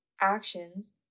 actions